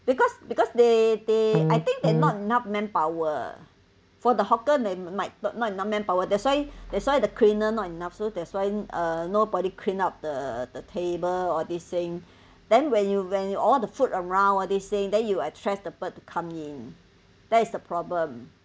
because because they they I think they not enough manpower for the hawker might might not not not manpower that's why that's why the cleaner not enough so that's why uh nobody clean up the the table all these thing then when you when you order the food around all these thing then you attract the bird to come in that is the problem